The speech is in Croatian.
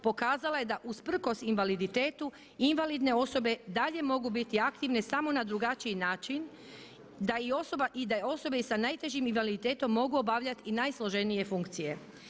Pokazala je da usprkos invaliditetu invalidne osobe dalje mogu biti aktivne samo na drugačiji način, i da je osobi s najtežim invaliditetom mogu obavljati i najsloženije funkcije.